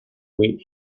wait